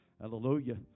Hallelujah